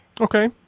Okay